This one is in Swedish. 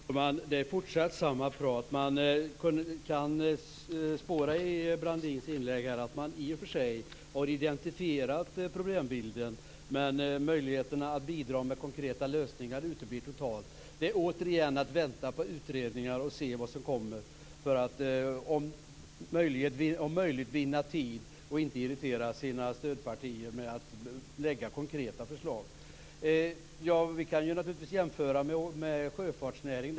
Fru talman! Det är fortsatt samma prat. I Claes Göran Brandins inlägg kan spåras att man i och för sig har identifierat problembilden. Men möjligheterna att bidra med konkreta lösningar uteblir totalt. Återigen handlar det om att vänta på utredningar och att se vad som kommer; detta för att om möjligt vinna tid och inte irritera sina stödpartier genom att lägga fram konkreta förslag. Vi kan naturligtvis jämföra med sjöfartsnäringen.